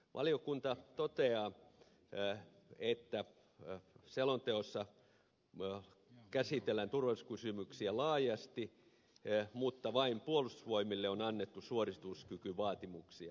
valiokunta toteaa että selonteossa käsitellään turvallisuuskysymyksiä laajasti mutta vain puolustusvoimille on annettu suorituskykyvaatimuksia